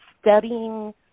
studying